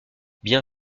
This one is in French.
bien